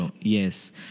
Yes